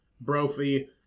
Brophy